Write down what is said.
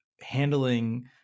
handling